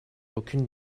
aucune